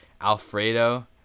Alfredo